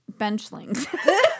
benchlings